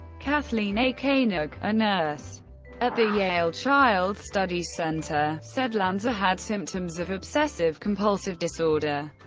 kathleen a. koenig, a nurse at the yale child studies center, said lanza had symptoms of obsessive-compulsive disorder,